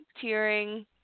tearing